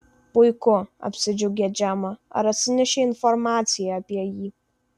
puiku apsidžiaugė džemą ar atsinešei informaciją apie jį